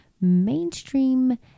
mainstream